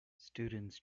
students